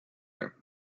her